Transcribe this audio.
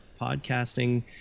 podcasting